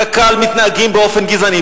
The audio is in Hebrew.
קק"ל מתנהגים באופן גזעני.